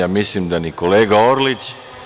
Mislim da ni kolega Orlić